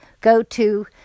go-to